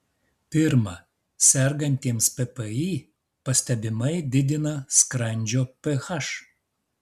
pirma sergantiems ppi pastebimai didina skrandžio ph